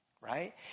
right